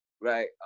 right